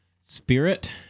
Spirit